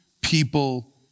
people